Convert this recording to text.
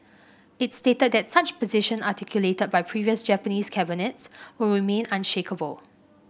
it stated that such position articulated by previous Japanese cabinets will remain unshakeable